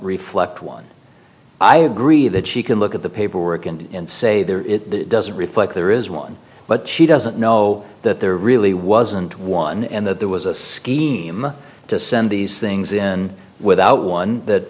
reflect one i agree that she can look at the paperwork and say there it doesn't reflect there is one but she doesn't know that there really wasn't one and that there was a scheme to send these things in without one that